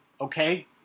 okay